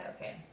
okay